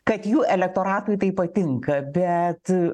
kad jų elektoratui tai patinka bet